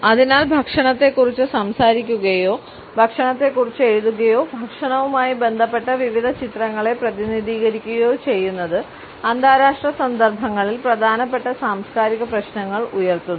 അതിനാൽ ഭക്ഷണത്തെക്കുറിച്ച് സംസാരിക്കുകയോ ഭക്ഷണത്തെക്കുറിച്ച് എഴുതുകയോ ഭക്ഷണവുമായി ബന്ധപ്പെട്ട വിവിധ ചിത്രങ്ങളെ പ്രതിനിധീകരിക്കുകയോ ചെയ്യുന്നത് അന്താരാഷ്ട്ര സന്ദർഭങ്ങളിൽ പ്രധാനപ്പെട്ട സാംസ്കാരിക പ്രശ്നങ്ങൾ ഉയർത്തുന്നു